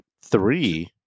three